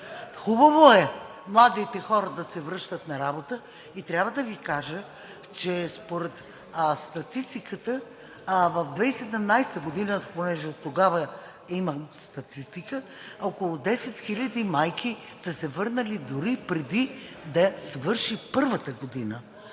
Хубаво е младите хора да се връщат на работа и трябва да Ви кажа, че според статистиката през 2017 г. – аз понеже от тогава имам статистика, около 10 хиляди майки са се върнали дори преди да свърши първата година,